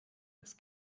des